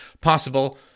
possible